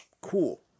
Cool